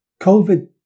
covid